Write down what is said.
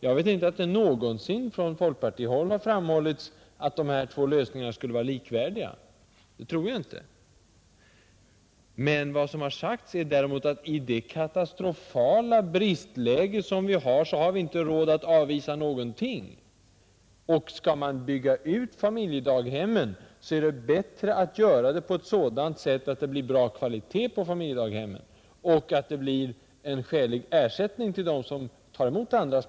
Jag vet inte att det från folkpartihåll någonsin har framhållits att de två lösningarna skulle vara likvärdiga. Det tror jag inte har förekommit. Vad som sagts är däremot att i det katastrofala bristläge som föreligger har vi inte råd att avvisa någonting. Och skall man bygga ut familjedaghemmen, så är det bättre att göra detta på sådant sätt att det blir bra kvalitet på dem, och så att de som tar emot andras barn får skälig ersättning.